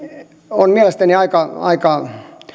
on mielestäni aika aika